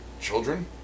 children